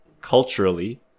culturally